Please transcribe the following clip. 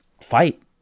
Fight